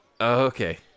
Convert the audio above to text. okay